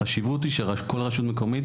החשיבות היא שכל רשות מקומית,